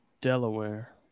Delaware